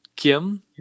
Kim